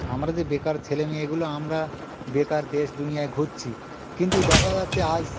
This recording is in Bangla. আমরা যে বেকার ছেলেমেয়ে এগুলো আমরা বেকার দেশ দুনিয়ায় ঘুরছি কিন্তু দেখা যাচ্ছে আজ